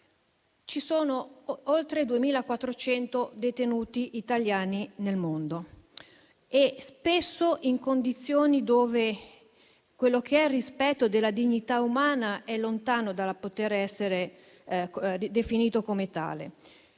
ci sono oltre 2.400 detenuti italiani nel mondo, spesso in condizioni in cui il rispetto della dignità umana è lontano da poter essere definito come tale,